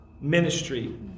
ministry